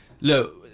look